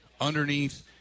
underneath